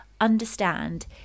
understand